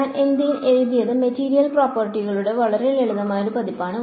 ഞാൻ എഴുതിയത് മെറ്റീരിയൽ പ്രോപ്പർട്ടികളുടെ വളരെ ലളിതമായ ഒരു പതിപ്പാണ്